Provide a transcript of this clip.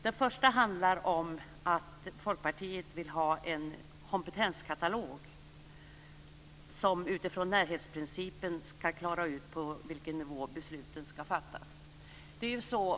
Den första handlar om att Folkpartiet vill ha en kompetenskatalog som utifrån närhetsprincipen skall klara ut på vilken nivå besluten skall fattas.